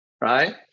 right